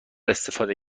استفاده